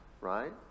right